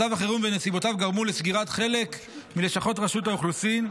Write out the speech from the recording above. מצב החירום ונסיבותיו גרמו לסגירת חלק מלשכות רשות האוכלוסין,